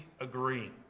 agree